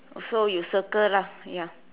so you circle lah ya